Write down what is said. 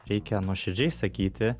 reikia nuoširdžiai sakyti